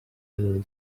hill